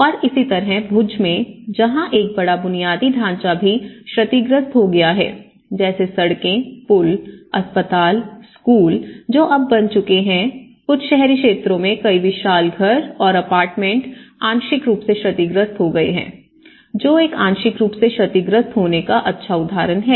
और इसी तरह भुज में जहां एक बड़ा बुनियादी ढांचा भी क्षतिग्रस्त हो गया है जैसे सड़कें पुल अस्पताल स्कूल जो अब बन चुके हैं कुछ शहरी क्षेत्रों में कई विशाल घर और अपार्टमेंट आंशिक रूप से क्षतिग्रस्त हो गए है जो एक आंशिक रूप से क्षतिग्रस्त होने का अच्छा उदाहरण है